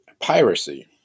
piracy